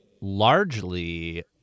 largely